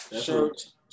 shirts